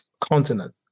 continent